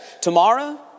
Tomorrow